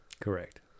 Correct